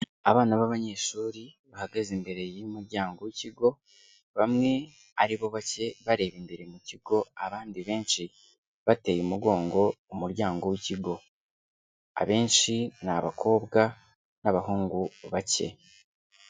Abana b'abanyeshuri, bahagaze imbere y'umuryango w'ikigo, bamwe ari bo bake bareba imbere mu kigo, abandi benshi bateye umugongo umuryango w'ikigo. Abenshi ni abakobwa n'abahungu bake.